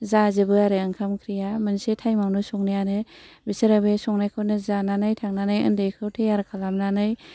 जाजोबो आरो ओंखाम ओंख्रिया मोनसे टाइम आवनो संनायानो बिसोरो बे संनायखौनो जानानै थांनानै ओन्दैखौ थैयार खालामनानै